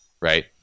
right